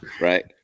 right